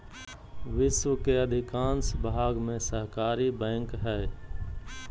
विश्व के अधिकांश भाग में सहकारी बैंक हइ